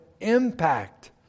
impact